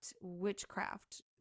witchcraft